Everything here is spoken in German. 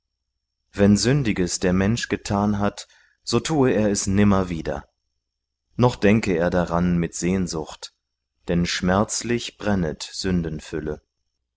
wenn sündiges der mensch getan hat so tue er es nimmer wieder noch denke er daran mit sehnsucht denn schmerzlich brennet